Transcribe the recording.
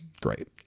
great